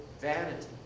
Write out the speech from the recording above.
vanity